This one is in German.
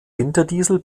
winterdiesel